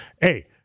Hey